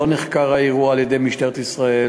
לא נחקר האירוע על-ידי משטרת ישראל.